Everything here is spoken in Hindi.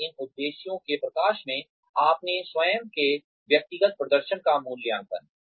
और इन उद्देश्यों के प्रकाश में अपने स्वयं के व्यक्तिगत प्रदर्शन का मूल्यांकन